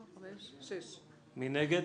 6 נגד,